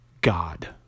God